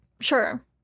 Sure